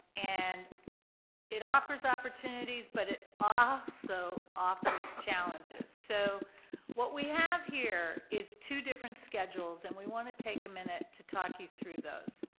and it offers opportunities, but it also ah so offers challenges, so what we have here is two different schedules, and we wanna take a minute to talk you through those.